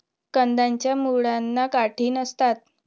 कंदाच्या मुळांना गाठी नसतात